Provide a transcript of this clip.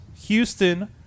houston